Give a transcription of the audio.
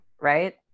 right